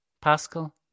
Pascal